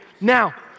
Now